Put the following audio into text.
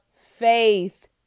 faith